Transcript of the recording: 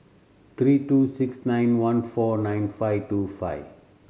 three two six nine one four nine five two five